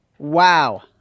Wow